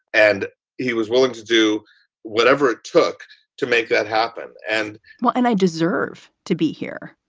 and he was willing to do whatever it took to make that happen and but and i deserve to be here.